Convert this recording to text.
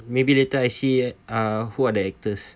maybe later I see uh who are the actors